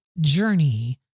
journey